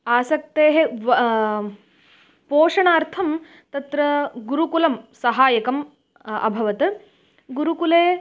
आसक्तेः व पोषणार्थं तत्र गुरुकुलं सहायकम् अभवत् गुरुकुले